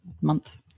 months